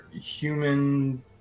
human